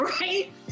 right